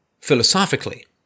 philosophically